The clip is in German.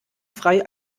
frei